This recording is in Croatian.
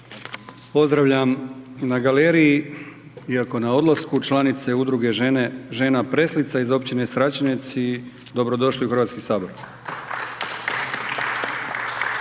Pozdravljam na galeriji iako na odlasku članice Udruge žena „Preslica“ iz općine Sračinec i dobrodošli u Hrvatski sabor.